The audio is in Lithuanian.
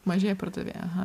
mažieji pardavėjai aha